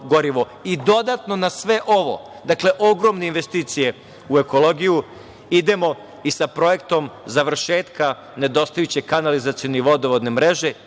I dodatno na sve ovo, dakle ogromne investicije u ekologiju idemo i sa projektom završetka nedostajuće kanalizacione i vodovodne mreže